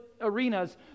arenas